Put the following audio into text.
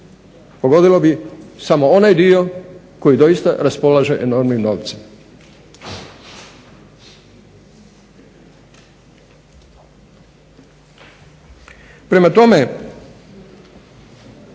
Pogodilo bi samo onaj dio koji doista raspolaže enormnim novcima. Prema tome,